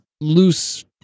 loose